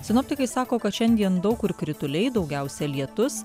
sinoptikai sako kad šiandien daug kur krituliai daugiausia lietus